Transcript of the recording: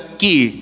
key